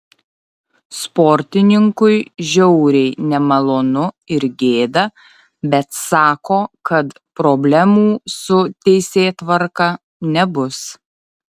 sportininkui žiauriai nemalonu ir gėda bet sako kad problemų su teisėtvarka nebus